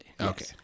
Okay